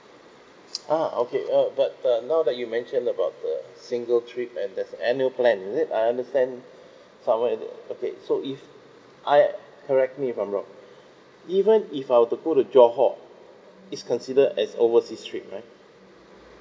ah okay uh but uh now that you mentioned about uh single trip and there's annual plan is it I understand somewhere that okay so if I correct me if I'm wrong even if I want yo go to johor is consider as overseas trip right